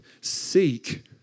Seek